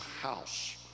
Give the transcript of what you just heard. house